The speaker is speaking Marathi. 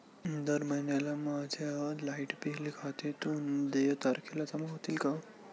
दर महिन्याला माझ्या लाइट बिल खात्यातून देय तारखेला जमा होतील का?